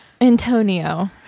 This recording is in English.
Antonio